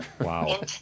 Wow